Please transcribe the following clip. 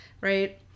Right